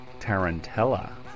Tarantella